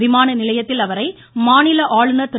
விமான நிலையத்தில் அவரை மாநில ஆளுநர் திரு